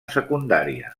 secundària